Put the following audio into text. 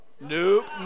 nope